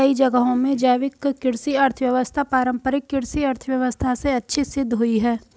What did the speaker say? कई जगहों में जैविक कृषि अर्थव्यवस्था पारम्परिक कृषि अर्थव्यवस्था से अच्छी सिद्ध हुई है